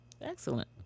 Excellent